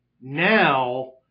now